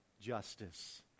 justice